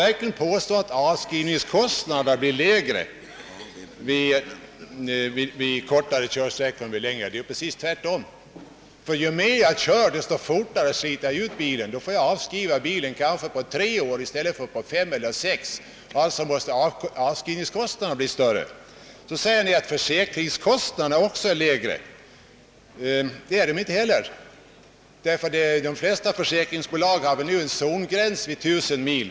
Hur kan man påstå, att avskrivningskostnaderna blir lägre vid en längre körsträcka än vid kortare? Det blir tvärtom. Ju längre jag kör per år desto fortare sliter jag ut bilen. Jag måste avskriva bilen på t.ex. tre år i stället för på fem eller sex år. Vidare säger ni att även försäkringskostnaderna är lägre vid längre körsträckor. Det är de inte heller. De flesta försäkringsbolag tillämpar väl nu en zongräns vid 1000 mil.